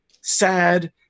sad